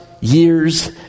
years